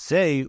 Say